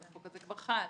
החוק הזה כבר חל.